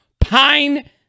Pine